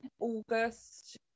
august